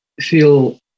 feel